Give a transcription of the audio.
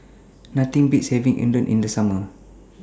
Nothing Beats having Udon in The Summer